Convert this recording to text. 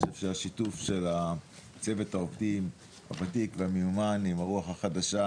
אני חושב שהשיתוף של צוות העובדים הוותיק והמיומן עם הרוח החדשה,